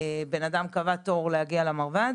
בן אדם קבע תור להגיע למרב"ד,